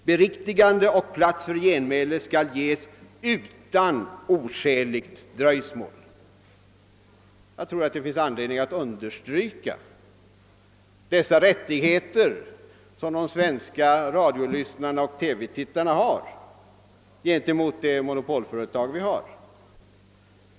Beriktigande och plats för genmäle skall ges utan oskäligt dröjsmål”. Det finns nog anledning att understryka dessa rättigheter, som de svenska radiolyssnarna och TV-tittarna har gentemot monopolföretaget!